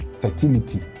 fertility